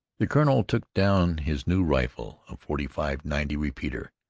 the colonel took down his new rifle, a forty five ninety repeater.